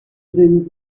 sind